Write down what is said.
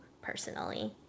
personally